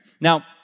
Now